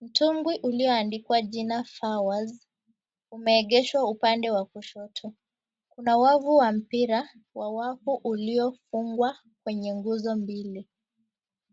Mtumbwi ulioandikwa jina, "FAWAZ", umeegeshwa upande wa kushoto. Kuna wavu wa mpira wa wavu, uliofungwa kwenye nguzo mbili.